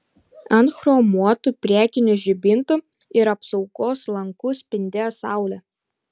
ant chromuotų priekinių žibintų ir apsaugos lankų spindėjo saulė